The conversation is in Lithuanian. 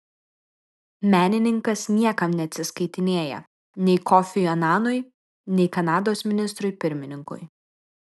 menininkas niekam neatsiskaitinėja nei kofiui ananui nei kanados ministrui pirmininkui